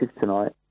tonight